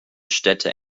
städte